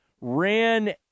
ran –